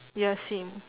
ya same